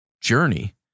journey